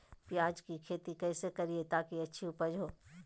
प्याज की खेती कैसे करें ताकि अच्छी उपज हो?